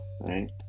right